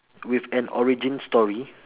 with an origin story